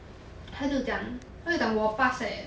他就讲他就讲我 pass leh